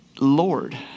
Lord